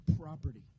property